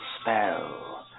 spell